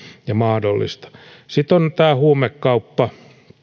ja mahdollista sitten on tämä huumekauppa